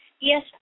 Yes